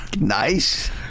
Nice